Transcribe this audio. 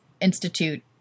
institute